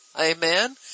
Amen